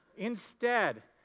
instead,